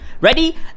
Ready